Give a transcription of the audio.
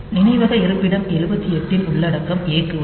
நினைவக இருப்பிடம் 78 இன் உள்ளடக்கம் A க்கு வரும்